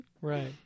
Right